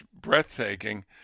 breathtaking